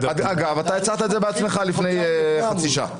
אגב, אתה הצעת את זה בעצמך לפני חצי שעה.